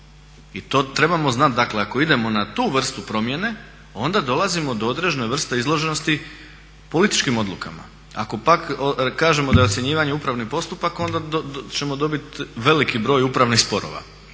I to trebamo znati. Dakle ako idemo na tu vrstu promjene onda dolazimo do određene vrste izloženosti političkim odlukama. Ako pak kažemo da je ocjenjivanje upravni postupak onda ćemo dobiti veliki broj upravnih sporova